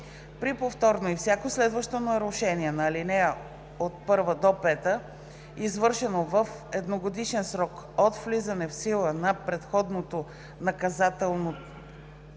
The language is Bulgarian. При повторно и всяко следващо нарушение по ал. 1 – 5, извършено в едногодишен срок от влизане в сила на предходното наказателно